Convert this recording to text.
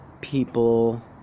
people